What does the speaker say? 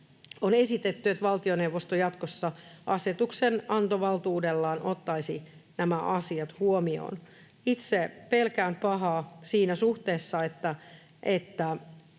on esitetty, että valtioneuvosto jatkossa asetuksenantovaltuudellaan ottaisi nämä asiat huomioon. Itse pelkään pahaa siinä suhteessa, että